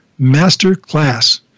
masterclass